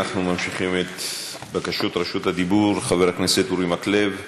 אנחנו ממשיכים בבקשות רשות הדיבור: חבר הכנסת אורי מקלב,